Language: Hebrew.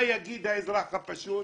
מה יגיד האזרח הפשוט?